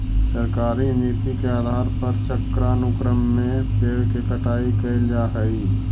सरकारी नीति के आधार पर चक्रानुक्रम में पेड़ के कटाई कैल जा हई